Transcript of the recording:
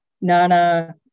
Nana